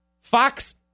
Fox